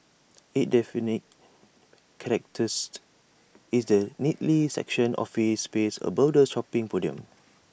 IT defining is the neatly sectioned office space above the shopping podium